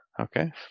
okay